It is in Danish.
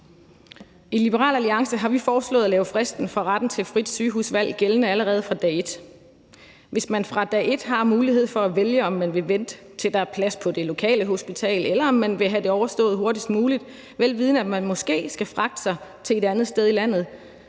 I Liberal Alliance har vi foreslået at lade fristen for retten til frit sygehusvalg gælde allerede fra dag et. Hvis man fra dag et har mulighed for at vælge, om man vil vente, til der er plads på det lokale hospital, eller om man vil have det overstået hurtigst muligt, vel vidende at man måske skal fragte sig til et andet sted i landet,